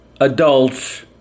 adults